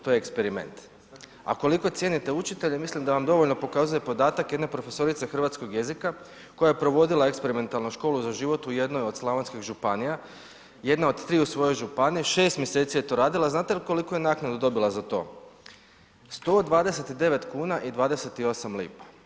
To je eksperiment, a koliko cijenite učitelje mislim da vam dovoljno pokazuje podatak jedne profesorice hrvatskog jezika koja je provodila eksperimentalno „Školu za život“ u jednoj od slavonskih županija, jedna od tri u svojoj županiji, 6 mjeseci je radila, a znate li koliku je naknadu dobila za to, 129 kuna i 28 lipa.